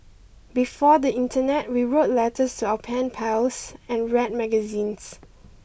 before the internet we wrote letters to our pen pals and read magazines